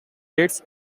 dates